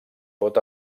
pot